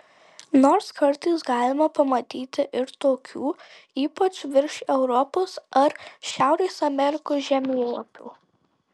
nors kartais galima pamatyti ir tokių ypač virš europos ar šiaurės amerikos žemėlapių